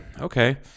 okay